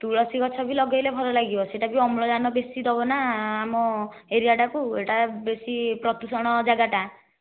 ତୁଳସୀ ଗଛ ବି ଲଗାଇଲେ ଭଲ ଲାଗିବ ସେହିଟା ବି ଅମ୍ଳଜାନ ବେଶି ଦେବ ନା ଆମ ଏରିୟା ଟାକୁ ଏହିଟା ବେଶି ପ୍ରଦୂଷଣ ଯାଗାଟା